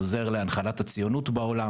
עוזר להנחלת הציונות בעולם.